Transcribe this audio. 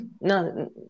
no